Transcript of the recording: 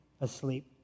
asleep